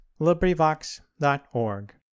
LibriVox.org